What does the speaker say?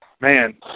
Man